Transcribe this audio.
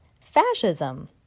fascism